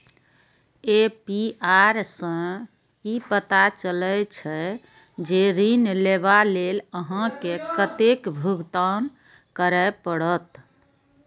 APR सं ई पता चलै छै, जे ऋण लेबा लेल अहां के कतेक भुगतान करय पड़त